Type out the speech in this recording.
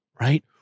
right